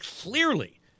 clearly